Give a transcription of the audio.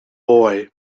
boy